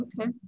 Okay